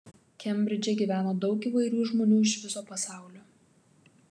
kembridže gyvena daug įvairių žmonių iš viso pasaulio